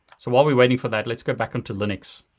so while we're waiting for that, let's go back into linux.